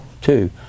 two